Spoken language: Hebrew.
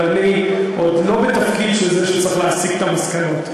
אבל אני עוד לא בתפקיד של זה שצריך להסיק את המסקנות.